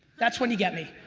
that's when you get me,